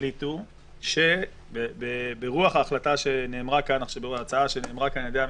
תחליטו ברוח ההצעה שנאמרה כאן על ידי הממשלה,